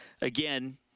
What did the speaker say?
again